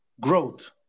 growth